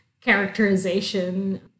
characterization